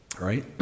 right